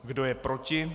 Kdo je proti?